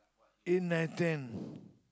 in listen